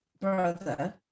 brother